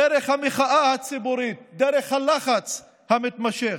דרך המחאה הציבורית, דרך הלחץ המתמשך.